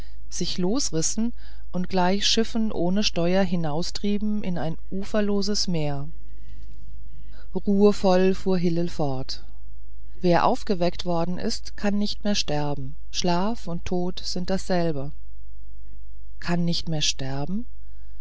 sich losrissen und gleich schiffen ohne steuer hinaustrieben in ein uferloses meer ruhevoll fuhr hillel fort wer aufgeweckt worden ist kann nicht mehr sterben schlaf und tod sind dasselbe kann nicht mehr sterben